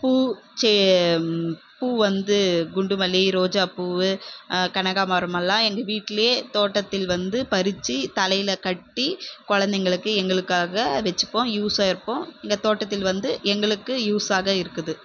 பூ செ பூ வந்து குண்டு மல்லி ரோஜா பூவு கனகாமரம் எல்லாம் எங்க வீட்லையே தோட்டத்தில் வந்து பறிச்சு தலையில் கட்டி குழந்தைங்களுக்கு எங்களுக்காக வச்சுப்போம் யூஸ்ஸாக இருக்கும் எங்கள் தோட்டத்தில் வந்து எங்களுக்கு யூஸ்ஸாக இருக்குது